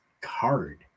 card